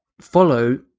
follow